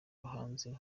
umuhanzi